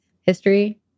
history